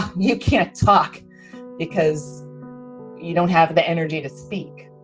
you can't talk because you don't have the energy to speak.